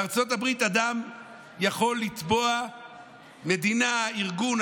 בארצות הברית אדם יכול לתבוע מדינה, ארגון.